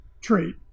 trait